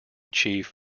chief